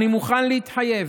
אני מוכן להתחייב,